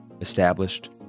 established